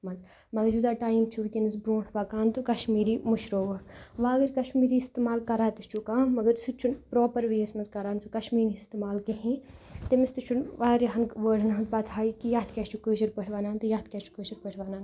منٛز مگر یوٗتاہ ٹایم چھُ وُنکٮ۪نَس برٛونٛٹھ پَکان تہٕ کَشمیٖری مٔشرٲوٕکھ وۅنۍ اگر کَشمیٖری اِستعمال کَران تہِ چھُ کانٛہہ مگر سُہ تہِ چھُ نہٕ پرٛاپَر وے یَس منٛز کَران سُہ کَشمیٖری اِستعمال کِہیٖنٛۍ تٔمِس تہِ چھُنہٕ واریاہَن وٲرڑَن ہٕنٛز پَتہے کہِ یَتھ کیٛاہ چھُ کٲشِرۍ پٲٹھۍ وَنان تہٕ یَتھ کیٛاہ چھُ کٲشِرۍ پٲٹھۍ وَنان